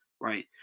Right